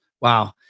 Wow